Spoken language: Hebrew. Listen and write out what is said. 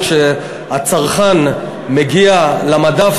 כשהצרכן מגיע למדף,